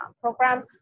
program